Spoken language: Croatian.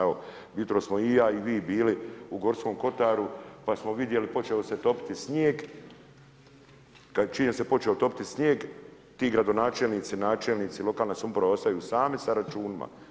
Evo, jutros smo i ja i vi bili u Gorskom Kotaru, pa smo vidjeli, počeo se topiti snijeg, čim se počeo topiti snijeg, ti gradonačelnici, načelnici, lokalna samouprava ostali su sami sa računima.